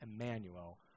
Emmanuel